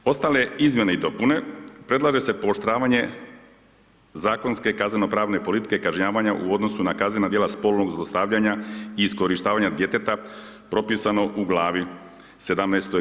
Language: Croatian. Ostale izmjene i dopune predlaže se pooštravanje zakonske kazneno pravne politike kažnjavanja u odnosu na kaznena djela spolnog zlostavljanja i iskorištavanja djeteta propisano u Glavi XVII.